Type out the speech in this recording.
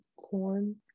Corn